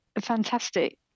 fantastic